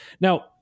Now